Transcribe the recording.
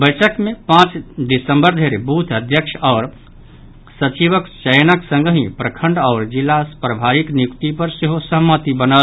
बैसक मे पांच दिसम्बर धरि बूथ अध्यक्ष आओर सचिवक चयनक संगहि प्रखंड आओर जिला प्रभारीक नियुक्ति पर सेहो सहमति बनल